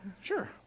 sure